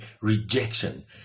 rejection